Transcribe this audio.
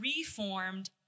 reformed